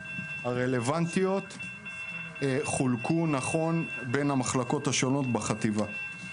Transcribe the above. הרלוונטיות חולקו נכון בין המחלקות השונות בחטיבה.